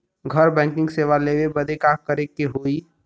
घर बैकिंग सेवा लेवे बदे का करे के होई?